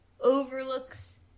overlooks